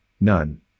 None